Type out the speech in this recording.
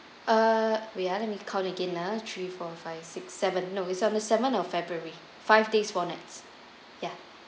uh wait ah let me count it again three four five six seven no it's on the seventh of february five days four nights ya